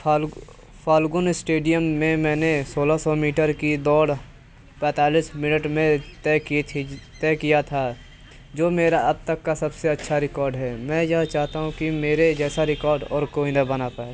फालुक आ फाल्गुन स्टेडियम में मैंने सोलह सौ मीटर की दौड़ पैंतालीस मिनट में तय की थी तय किया था जो मेरा अब तक का सबसे अच्छा रिकॉर्ड है मैं यह चाहता हूँ कि मेरे जैसा रिकॉर्ड और कोई न बना पाए